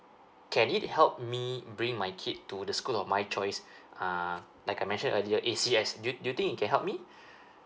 can it help me bring my kid to the school of my choice uh like I mentioned earlier E C S do you do you think it can help me